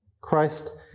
Christ